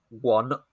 one